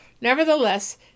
Nevertheless